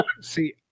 see